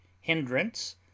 Hindrance